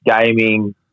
gaming